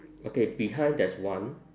okay behind there's one